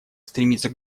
стремиться